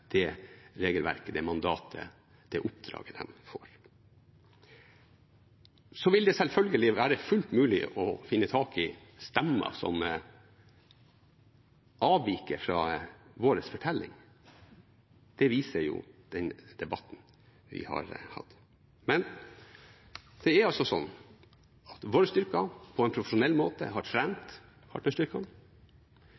det regelverket, det mandatet og det oppdraget de får. Det vil selvfølgelig være fullt mulig å finne stemmer som avviker fra vår fortelling. Det viser den debatten vi har hatt. Men våre styrker har på en profesjonell måte trent partnerstyrkene. I tilfellet der det ble avdekket brudd, har